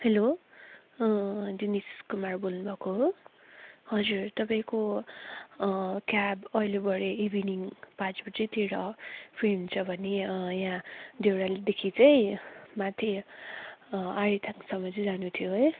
hello Doon स्कुलबाट बोल्नुभएको हो हजुर तपाईँको क्याब अहिले भरे इभिनिङ पाँच बजीतिर फ्री हुन्छ भने यहाँ देउरालीदेखि चाहिँ माथि आरिटारसम चाहिँ जानु थियो है